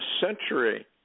century